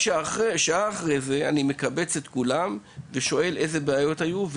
שעה לאחר מכן הייתי מקבץ את כולם ושומע מהם אילו בעיות היו,